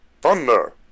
Thunder